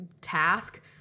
task